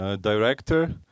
Director